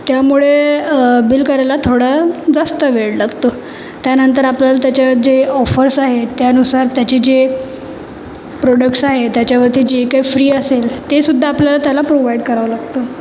त्यामुळे बिल करायला थोडं जास्त वेळ लागतो त्यानंतर आपल्याला त्याच्यावर जे ऑफर्स आहेत त्यानुसार त्याचे जे प्रोडक्ट्स आहे त्याच्यावरती जे काय फ्री असेल तेसुद्धा आपल्याला त्याला प्रोव्हाईड करावं लागतं